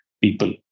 people